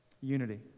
Unity